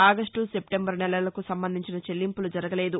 August September నెలలకు సంబంధించిన చెల్లింపులు జరగలేదు